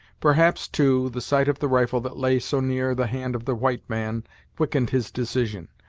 perhaps, too, the sight of the rifle that lay so near the hand of the white man quickened his decision.